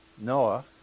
Noah